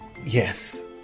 Yes